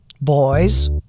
boys